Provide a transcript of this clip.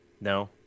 No